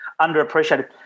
underappreciated